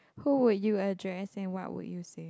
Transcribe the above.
who would you address and what would you say